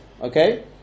Okay